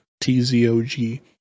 T-Z-O-G